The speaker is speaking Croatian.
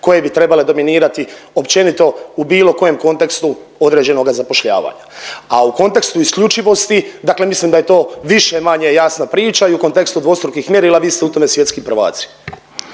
koje bi trebale dominirati općenito u bilo kojem kontekstu određenoga zapošljavanja. A u kontekstu isključivosti, dakle mislim da je to više-manje jasna priča i u kontekstu dvostrukih mjerila, vi ste u tome svjetski prvaci.